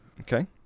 Okay